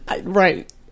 Right